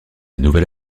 nouvelle